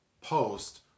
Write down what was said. post